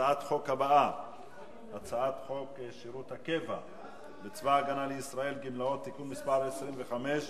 אני קובע שהצעת חוק הביטוח הלאומי (תיקון מס' 125)